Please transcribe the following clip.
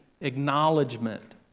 acknowledgement